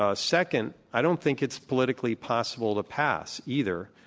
ah second, i don't think it's politically possible to pass, either.